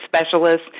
specialists